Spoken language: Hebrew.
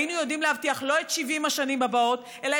היינו יודעים להבטיח לא את 70 השנים הבאות אלא